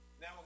Now